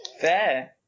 Fair